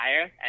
higher